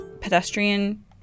pedestrian